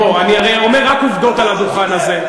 הרי אני אומר רק עובדות על הדוכן הזה.